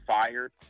fired